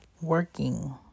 working